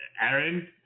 Aaron